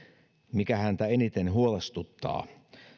mikä häntä eniten huolestuttaa